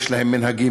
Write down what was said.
יש להם מנהגים,